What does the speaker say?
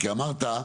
כי פשוט אמרת,